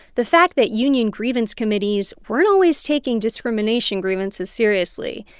the fact that union grievance committees weren't always taking discrimination grievances seriously.